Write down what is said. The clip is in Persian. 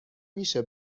میشه